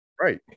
right